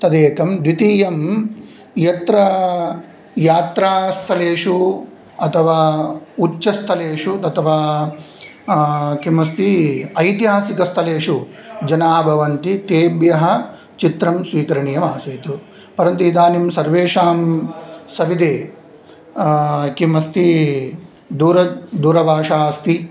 तदेकं द्वितीयं यत्र यात्रास्थलेषु अथवा उच्चस्थलेषु अथवा किमस्ति ऐतिहासिकस्थलेषु जनाः भवन्ति तेभ्यः चित्रं स्वीकरणीयमासीत् परन्तु इदानीं सर्वेषां सविधे किमस्ति दूर दूरभाषा अस्ति